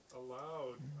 allowed